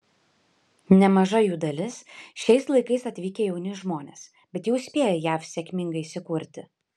nemaža jų dalis šiais laikais atvykę jauni žmonės bet jau spėję jav sėkmingai įsikurti